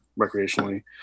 recreationally